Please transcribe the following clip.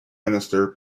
minister